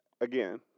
again